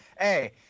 Hey